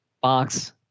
box